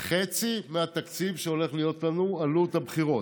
חצי מהתקציב שהולכת להיות עלות הבחירות.